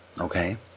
okay